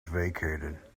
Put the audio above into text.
vacated